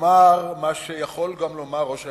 לומר מה שיכול לומר ראש הממשלה: